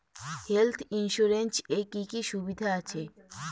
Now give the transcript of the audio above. Health insurance এ কি কি সুবিধা আছে?